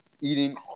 eating